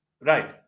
Right